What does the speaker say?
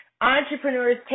entrepreneurs